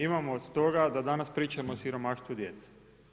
Imamo od toga da danas pričamo o siromaštvu djece.